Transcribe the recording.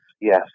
yes